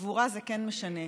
עבורה זה כן משנה,